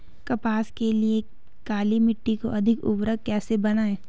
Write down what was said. कपास के लिए काली मिट्टी को अधिक उर्वरक कैसे बनायें?